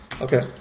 Okay